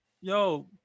Yo